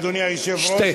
אדוני היושב-ראש,